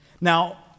Now